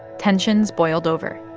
tensions boiled over.